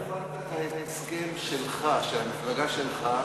אתה הפרת את ההסכם שלך, של המפלגה שלך,